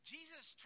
Jesus